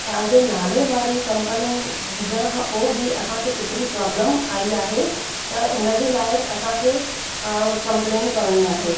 तव्हांजे नाले वारी कंपनी हुजनि खां पोइ बि असांखे एतिरी प्रॉब्लम आई आहे त उनजे लाइ असांखे कंप्लेन करणी आहे